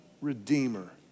redeemer